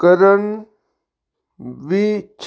ਕਰਨ ਵਿੱਚ